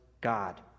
God